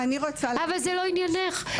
אבל זה לא עניינך,